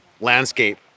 landscape